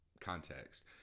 context